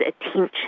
attention